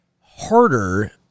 harder